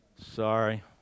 Sorry